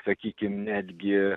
sakykim netgi